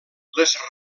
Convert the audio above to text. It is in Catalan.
les